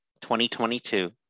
2022